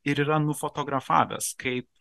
ir yra nufotografavęs kaip